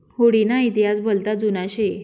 हुडी ना इतिहास भलता जुना शे